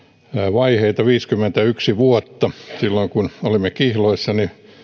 vaiheita viisikymmentäyksi vuotta silloin kun olimme kihloissa